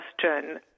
question